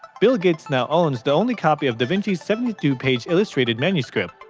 bill gates now owns the only copy of da vinci's seventy two page illustrated manuscript,